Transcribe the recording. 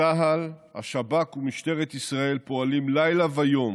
צה"ל, השב"כ ומשטרת ישראל פועלים לילה ויום